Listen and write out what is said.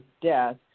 death